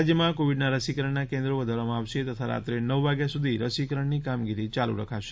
રાજ્યમાં કોવિડના રસીકરણના કેન્દ્રો વધારવામાં આવશે તથા રાત્રે નવ વાગ્યા સુધી રસીકરણની કામગીરી ચાલુ રખાશે